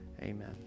Amen